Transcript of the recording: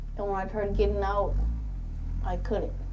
and when i tried getting out i couldn't.